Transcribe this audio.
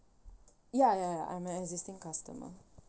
ya ya ya I'm an existing customer